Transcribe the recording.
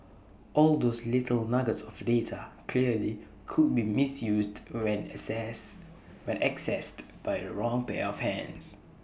all those little nuggets of data clearly could be misused when assess when accessed by the wrong pair of hands